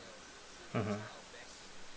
mmhmm